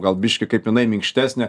gal biškį kaip jinai minkštesnė